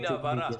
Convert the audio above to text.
הינה, ההבהרה.